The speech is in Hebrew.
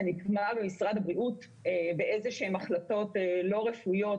נגמר במשרד הבריאות באיזה שהן החלטות לא רפואיות,